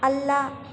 ಅಲ್ಲ